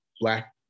Black